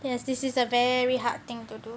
it has this is a very hard thing to do